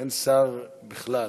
אין שר בכלל.